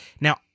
Now